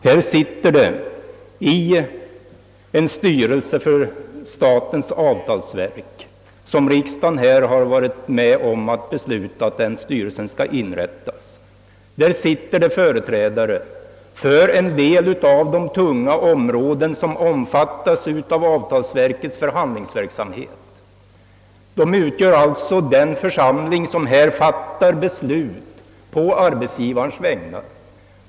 Här sitter det i en styrelse för statens avtalsverk — och riksdagen har varit med om att besluta att denna styrelse skall inrättas — företrädare för vissa av de tunga områdena inom avtalsverkets förhandlingsverksamhet. De utgör alltså den församling som fattar beslut å arbetsgivarens vägnar.